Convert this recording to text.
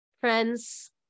Friends